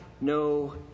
no